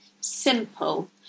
simple